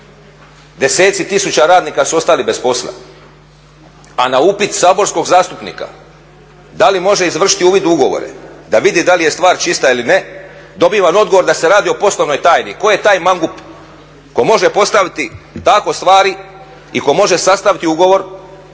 Deseci tisuća radnika su ostali bez posla. A na upit saborskog zastupnika da li može izvršiti uvid u ugovore da vidi da li je stvar čista ili ne dobivam odgovor da se radi o poslovnoj tajni. Tko je taj mangup tko može postaviti tako stvari i tko može sastaviti ugovor